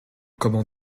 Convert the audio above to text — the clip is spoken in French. comment